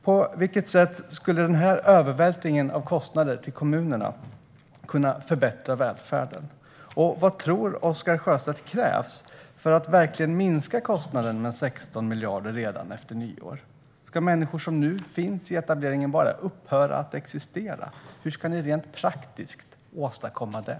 På vilket sätt skulle den här övervältringen av kostnader på kommunerna förbättra välfärden, och vad tror Oscar Sjöstedt krävs för att verkligen minska kostnaden med 16 miljarder redan efter nyår? Ska människor som nu finns i etableringen bara upphöra att existera? Hur ska ni rent praktiskt åstadkomma det?